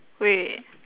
wait